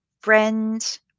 Friends